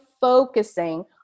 focusing